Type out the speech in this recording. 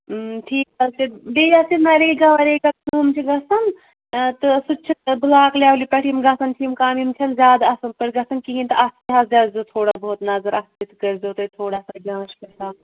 ٹھیٖک حظ چھُ تیٚلہِ بیٚیہِ یَس یہِ نَریگا وَریگا کٲم چھِ گَژھان تہٕ سُہ تہِ چھِ بٕلاک لٮ۪ولہِ پٮ۪ٹھ یِم گَژھان چھِ یِم کامہِ یِم چھَنہٕ زیادٕ اَصٕل پٲٹھۍ گَژھان کِہیٖنۍ تہٕ اَتھ تہِ حظ دِیٲوۍزیو تھوڑا بہت نظر اَتھ تہِ تہٕ کٔرۍزیو تُہۍ تھوڑا سا جانٛچ پَرتال